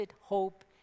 hope